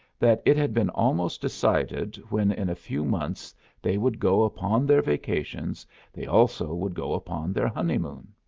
that it had been almost decided when in a few months they would go upon their vacations they also would go upon their honeymoon.